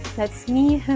that's me.